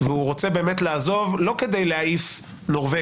והוא רוצה לעזוב לא כדי להעיף נורבגי,